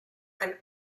and